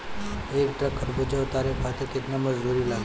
एक ट्रक तरबूजा उतारे खातीर कितना मजदुर लागी?